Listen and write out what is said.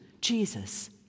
Jesus